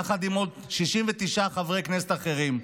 יחד עם עוד 69 חברי כנסת אחרים,